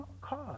cause